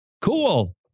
Cool